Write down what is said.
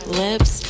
lips